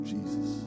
Jesus